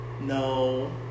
No